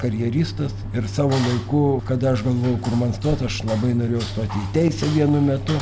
karjeristas ir savo laiku kada aš galvojau kur man stot aš labai norėjau stoti į teisę vienu metu